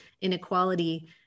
inequality